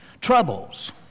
troubles